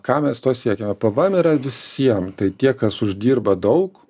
ką mes tuo siekiame pvm yra visiem tai tie kas uždirba daug